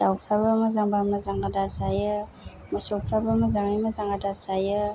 दावफ्राबो मोजांबा मोजां आदार जायो मोसौफ्राबो मोजाङै मोजां आदार जायो